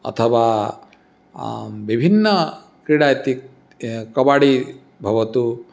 अथवा आम् विभिन्नाः क्रीडाः इति कबाडि भवतु